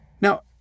Now